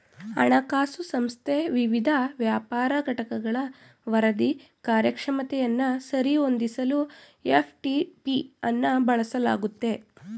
ಹಣಕಾಸು ಸಂಸ್ಥೆ ವಿವಿಧ ವ್ಯಾಪಾರ ಘಟಕಗಳ ವರದಿ ಕಾರ್ಯಕ್ಷಮತೆಯನ್ನ ಸರಿ ಹೊಂದಿಸಲು ಎಫ್.ಟಿ.ಪಿ ಅನ್ನ ಬಳಸಲಾಗುತ್ತೆ